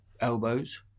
elbows